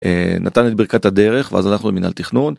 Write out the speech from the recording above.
נתן את ברכת הדרך ואז אנחנו עם מנהל תכנון.